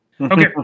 Okay